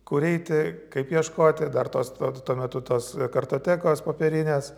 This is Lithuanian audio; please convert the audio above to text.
kur eiti kaip ieškoti dar tos tuo metu tos kartotekos popierinės